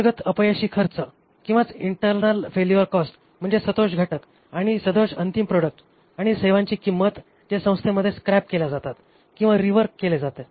अंतर्गत अपयशी खर्च इंटरनल फेल्युअर कॉस्ट म्हणजे सदोष घटक आणि सदोष अंतिम प्रोडक्ट आणि सेवांची किंमत जे संस्थेमध्ये स्क्रॅप केल्या जातात किंवा रीवर्क केले जात